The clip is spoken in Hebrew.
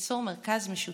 וליצור מרכז משותף.